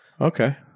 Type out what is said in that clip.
Okay